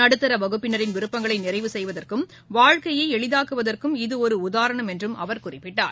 நடுத்தர வகுப்பினின் விருப்பங்களை நிறைவு செய்வதற்கும் வாழ்க்கையை எளிதாக்குவதற்கும் இது ஒரு உதாரணம் என்றும் அவர் குறிப்பிட்டார்